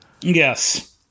Yes